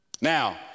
Now